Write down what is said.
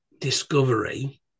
discovery